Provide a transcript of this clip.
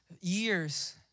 years